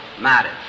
matters